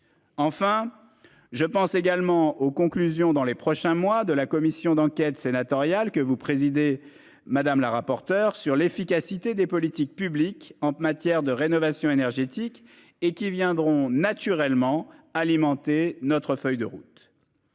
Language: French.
Enfin je pense également aux conclusions dans les prochains mois de la commission d'enquête sénatoriale que vous présidez madame la rapporteur sur l'efficacité des politiques publiques en matière de rénovation énergétique et qui viendront naturellement alimenter notre feuille de route.